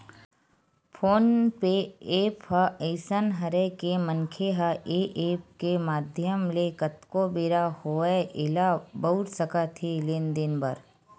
phone पे app ह अइसन हरय के मनखे ह ऐ ऐप के माधियम ले कतको बेरा होवय ऐला बउर सकत हे लेन देन बर